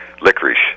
licorice